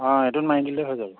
অঁ এইটোত মাৰি দিলেই হৈ যাব